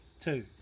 Two